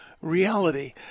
reality